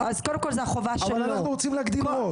שנייה,